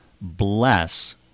bless